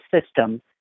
system